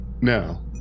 No